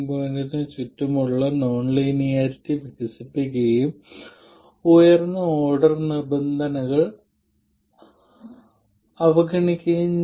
എന്താണ് അത് നമുക്ക് നമ്മുടെ നോൺലീനിയർ ടു പോർട്ട് ഉണ്ട്